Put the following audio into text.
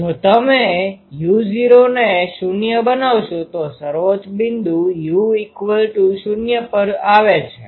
જો તમે u૦ ને 0 બનાવશો તો સર્વોચ્ચ બિંદુ u0 પર આવે છે